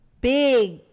big